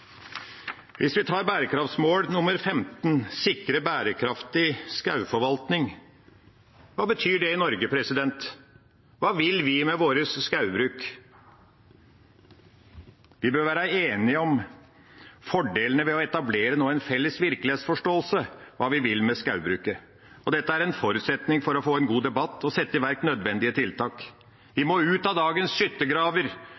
Hvis vi tar bærekraftsmål nr. 15, om å sikre bærekraftig skogforvaltning, hva betyr det i Norge? Hva vil vi med vår skogbruk? Vi bør være enige om fordelene ved å etablere en felles virkelighetsforståelse av hva vi vil med skogbruket. Dette er en forutsetning for å få en god debatt og sette i verk nødvendige tiltak.